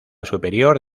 superior